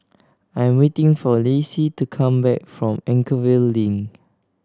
I'm waiting for Lacey to come back from Anchorvale Link